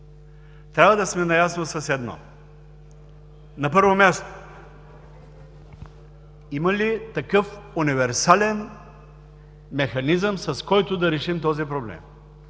трябва да сме наясно с едно – на първо място, има ли такъв универсален механизъм, с който да решим този проблем?